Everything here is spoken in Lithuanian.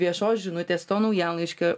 viešos žinutės to naujienlaiškio